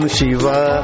Shiva